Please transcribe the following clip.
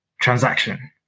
transaction